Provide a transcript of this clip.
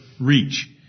reach